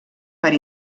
per